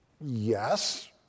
yes